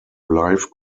life